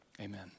amen